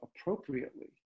appropriately